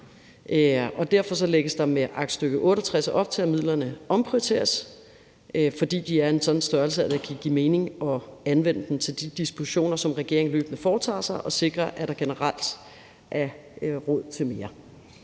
Derfor lægges der med aktstykke 68 op til, at midlerne omprioriteres, fordi de er af en sådan størrelse, at det kan give mening at anvende dem til de dispositioner, som regeringen løbende foretager sig, og sikre, at der generelt er råd til mere.